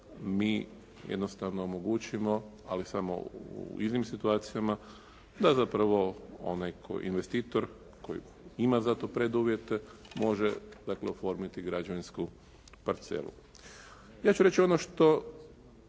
mi jednostavno omogućimo ali samo u iznimnim situacijama da zapravo onaj tko je investitor, koji ima za to preduvjete može dakle oformiti građevinsku parcelu. Ja ću reći ono što